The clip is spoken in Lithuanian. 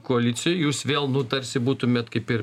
koalicijoj jūs vėl nu tarsi būtumėt kaip ir